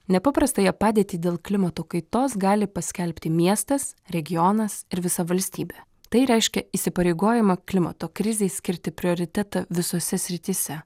nepaprastąją padėtį dėl klimato kaitos gali paskelbti miestas regionas ir visa valstybė tai reiškia įsipareigojimą klimato krizei skirti prioritetą visose srityse